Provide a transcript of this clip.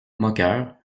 moqueur